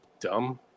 dumb